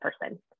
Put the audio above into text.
person